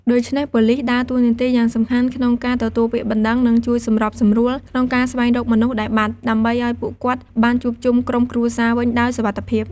ដូច្នេះប៉ូលិសដើរតួនាទីយ៉ាងសំខាន់ក្នុងការទទួលពាក្យបណ្តឹង និងជួយសម្របសម្រួលក្នុងការស្វែងរកមនុស្សដែលបាត់ ដើម្បីឱ្យពួកគាត់បានជួបជុំក្រុមគ្រួសារវិញដោយសុវត្ថិភាព។